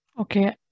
Okay